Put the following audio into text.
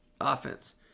offense